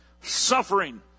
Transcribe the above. suffering